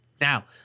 Now